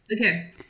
okay